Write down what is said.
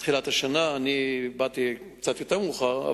מתחילת השנה, אני באתי קצת יותר מאוחר.